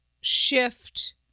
shift